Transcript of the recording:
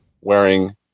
wearing